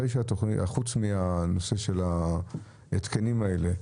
חוץ מהנושא של ההתקנים האלה?